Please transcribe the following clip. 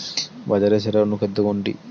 বাজারে সেরা অনুখাদ্য কোনটি?